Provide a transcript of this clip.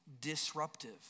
disruptive